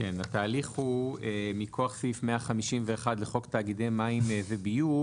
התהליך הוא מכוח סעיף 151 לחוק תאגידי מים וביוב.